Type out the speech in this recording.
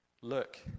Look